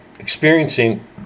experiencing